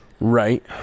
Right